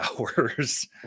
hours